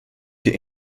die